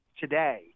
today